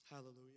Hallelujah